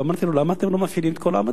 ואמרתי לו: למה אתם לא מפעילים את כל העמדות?